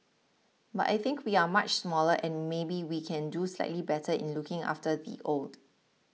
but I think we are much smaller and maybe we can do slightly better in looking after the old